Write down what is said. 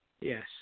Yes